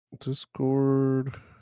Discord